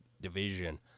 division